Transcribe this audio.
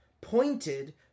pointed